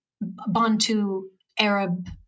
Bantu-Arab